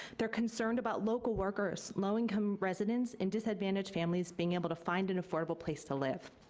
they're concerned about local workers, low-income residents and disadvantaged families being able to find an affordable place to live.